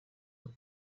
uyu